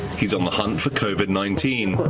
he's on the hunt for covid nineteen,